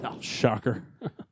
Shocker